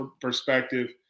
perspective